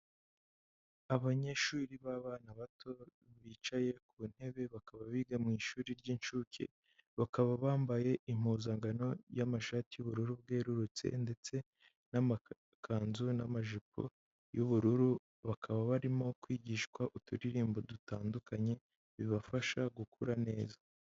Abanyeshuri b'abana bato, bicaye ku ntebe bakaba biga mu ishuri ry'incuke, bakaba bambaye impuzangano y'amashati y'ubururu bwerurutse, ndetse n'amakanzu, n'amajipo y'ubururu, bakaba barimo kwigishwa uturirimbo dutandukanye, bibafasha gukura neza.